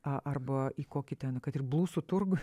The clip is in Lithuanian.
arba į kokį ten kad ir blusų turgų